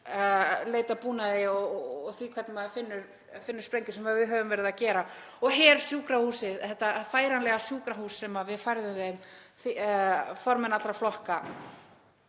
sprengjuleitarbúnaði og því hvernig maður finnur sprengju, sem við höfum verið að gera, og hersjúkrahúsið, þetta færanlega sjúkrahús sem við færðum þeim, formenn allra flokka,